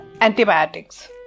antibiotics